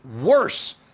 worse